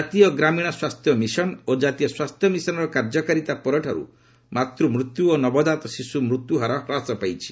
ଜାତୀୟ ଗ୍ରାମୀଣ ସ୍ୱାସ୍ଥ୍ୟ ମିଶନ ଓ ଜାତୀୟ ସ୍ୱାସ୍ଥ୍ୟ ମିଶନର କାର୍ଯ୍ୟକାରୀତା ପରଠାରୁ ମାତୃମୃତ୍ୟୁ ଓ ନବକାତ ଶିଶୁ ମୃତ୍ୟୁହାର ହ୍ରାସ ପାଇଛି